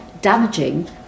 damaging